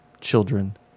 children